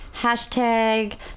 hashtag